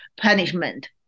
punishment